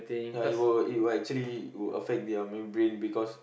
ya it will it will actually will affect their membrane because